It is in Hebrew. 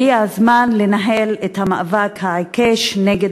הגיע הזמן לנהל את המאבק העיקש נגד